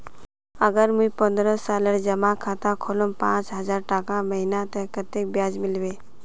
अगर मुई पन्द्रोह सालेर जमा खाता खोलूम पाँच हजारटका महीना ते कतेक ब्याज मिलबे?